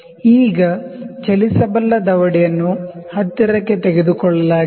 ಈಗ ಚಲಿಸಬಲ್ಲ ದವಡೆಯನ್ನು ಹತ್ತಿರಕ್ಕೆ ತೆಗೆದುಕೊಳ್ಳಲಾಗಿದೆ